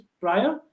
prior